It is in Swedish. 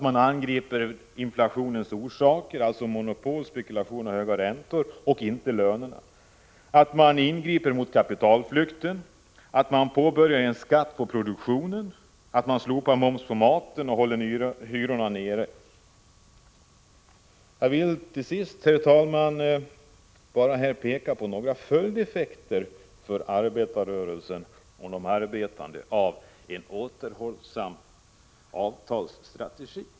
Man bör angripa inflationens orsaker — monopol, spekulation, höga räntor — och inte lönerna. Man bör ingripa mot kapitalflykten, påbörja skatt på produktionen, slopa moms på maten, hålla hyrorna nere och stoppa bostadsspekulationen. Jag vill till sist, herr talman, bara peka på några följdeffekter för arbetarrörelsen av en återhållsam avtalsstrategi.